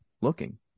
looking